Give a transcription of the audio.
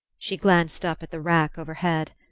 she glanced up at the rack overhead.